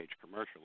commercially